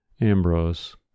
Ambrose